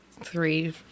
three